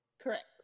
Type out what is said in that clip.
Correct